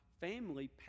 family